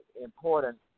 important